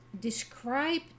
describe